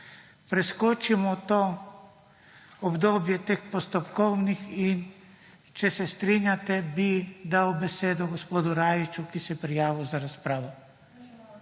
preskočimo obdobje teh postopkovnih in če se strinjate, bi dal besedo gospodu Rajiću, ki se je prijavil za razpravo.